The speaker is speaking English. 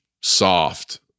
soft